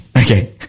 Okay